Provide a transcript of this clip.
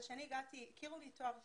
כשאני הגעתי הכירו לי בתואר השני.